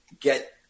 get